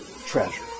treasure